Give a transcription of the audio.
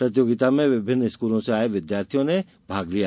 प्रतियोगिता में विभिन्न स्कूलों से आए विद्यार्थियों ने भाग लिया